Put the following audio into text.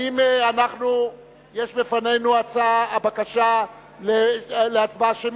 האם יש בפנינו הבקשה להצבעה שמית?